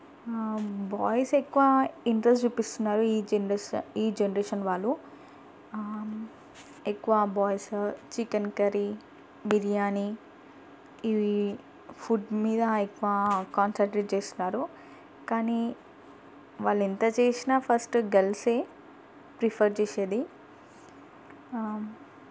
boys ఎక్కువ interest చూపిస్తున్నారు ఈ జనరేషన్ ఈ జనరేషన్ వాళ్ళు ఎక్కువ బాయ్స్ చికెన్ కర్రీ బిర్యాని ఇది ఫుడ్ మీద ఎక్కువ కాన్సెంట్రేట్ చేస్తున్నారు కానీ వాళ్ళు ఎంత చేసినా ఫస్ట్ గర్ల్సే ప్రిఫర్ చేసేది